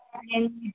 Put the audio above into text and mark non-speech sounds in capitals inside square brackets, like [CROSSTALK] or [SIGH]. [UNINTELLIGIBLE]